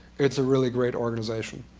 it's a really great organization.